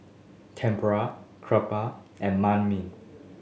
Tempura Crepa and Manh Mi